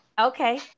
Okay